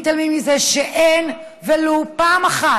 מתעלמים מזה שאין ולו פעם אחת,